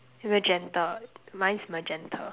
magenta mine's magenta